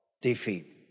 Defeat